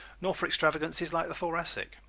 nor for extravagances like the thoracic.